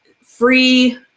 free